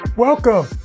Welcome